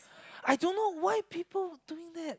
I don't know why people doing that